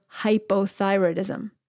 hypothyroidism